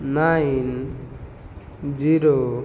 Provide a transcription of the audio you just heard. nine zero